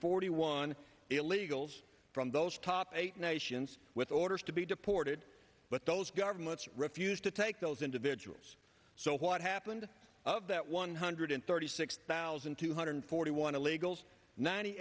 forty one illegals from those top eight nations with orders to be deported but those governments refused to take those individuals so what happened of that one hundred thirty six thousand two hundred forty one illegals ninety